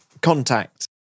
contact